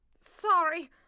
Sorry